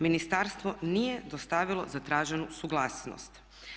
Ministarstvo nije dostavilo zatraženu suglasnost.